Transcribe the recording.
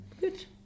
Good